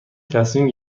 تصمیم